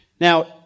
Now